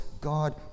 God